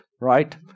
right